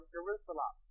Jerusalem